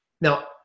Now